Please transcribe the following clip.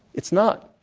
it's not.